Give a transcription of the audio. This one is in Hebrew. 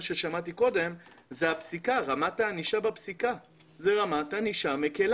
ששמעתי קודם זה רמת הענישה בפסיקה שהיא מקלה.